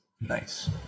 Nice